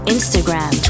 Instagram